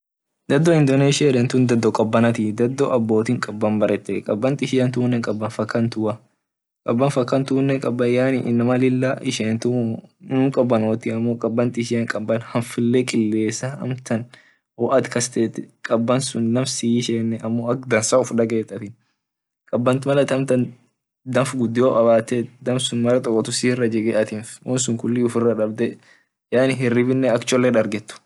Dado indonessia heden tunn dado kabanatii dado abotii kaban baret kaban ishian tunne kaban fakantua kaban fakantuu kaban lila inama ishentumuu hinkabanotii amon kaban ishian kaban hanfalee inama ishentumuu kaban kilesa wo at kastet kaban naf si ishen amo ak dansa uf daget atin kaban amtn mal at daf gudio ufadaget dafsun mara tokotu sira jige won sun kulli ufira dabde yaani hiribinne ak cholle darget.